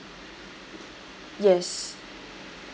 yes